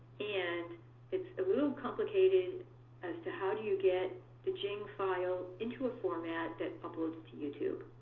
and it's a little complicated as to how do you get the jing file into a format that uploads to youtube.